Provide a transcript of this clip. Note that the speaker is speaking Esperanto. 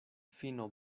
fino